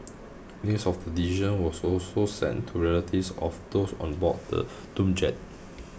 news of the decision was also sent to relatives of those on board the doomed jet